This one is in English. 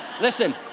Listen